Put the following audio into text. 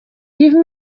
give